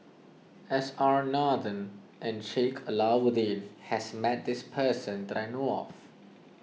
S R Nathan and Sheik Alau'ddin has met this person that I know of